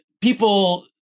people